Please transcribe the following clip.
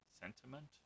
Sentiment